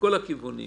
מכל הכיוונים.